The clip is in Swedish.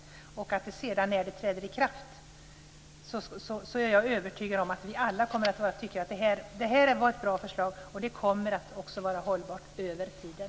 När det nya sedan träder i kraft är jag övertygad om att vi alla kommer att tycka att det här var ett bra förslag. Det kommer också att vara hållbart över tiden.